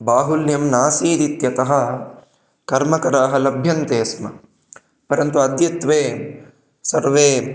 बाहुल्यं नासीदित्यतः कर्मकराः लभ्यन्ते स्म परन्तु अद्यत्वे सर्वे